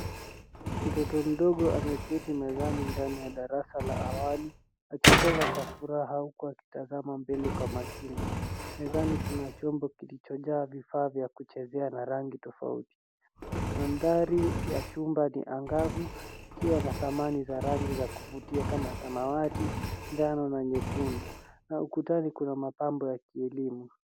Mtoto mdogo ameketi mezani ndani ya darasa la awali, akicheza kwa furaha huku aki tazama mbele kwa makini. Mezani kuna chombo kilchojaa vifaa vya kuchezea na rangi tofauti. Mandhari ya chumba ni angavu kikiwa na samani za rangi za kuvutia kama samawati, njano na nyekundu na ukutani kuna mapambo ya kielimu.